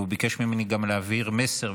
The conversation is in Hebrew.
והוא ביקש ממני גם להעביר מסר,